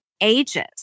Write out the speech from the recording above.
ages